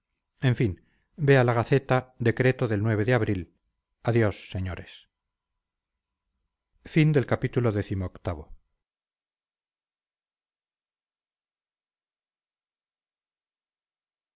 en fin vea la gaceta decreto del de abril adiós señores